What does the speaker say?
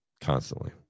constantly